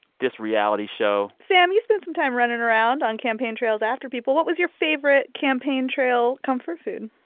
this reality show sam, you spent some time running around on campaign trails after people. what was your favorite campaign-trail comfort food?